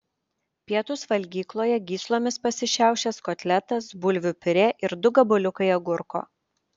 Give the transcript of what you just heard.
pietūs valgykloje gyslomis pasišiaušęs kotletas bulvių piurė ir du gabaliukai agurko